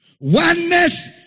Oneness